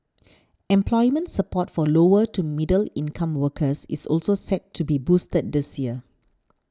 employment support for lower to middle income workers is also set to be boosted this year